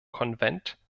konvent